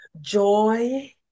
joy